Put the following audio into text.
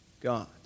God